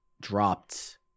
Dropped